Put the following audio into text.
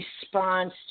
response